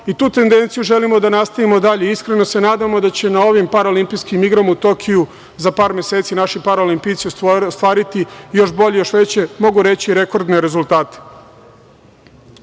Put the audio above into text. i tu tendenciju želimo da nastavimo dalje. Iskreno se nadamo da će na ovim Paraolimpijskim igrama u Tokiju za par meseci naši paraolimpijci ostvariti još bolje i veće rekordne rezultate. Želimo